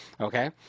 okay